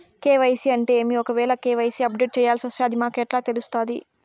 KYC అంటే ఏమి? ఒకవేల కె.వై.సి అప్డేట్ చేయాల్సొస్తే అది మాకు ఎలా తెలుస్తాది?